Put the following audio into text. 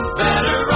better